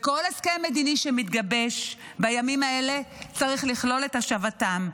כל הסכם מדיני שמתגבש בימים האלה צריך לכלול את השבתם.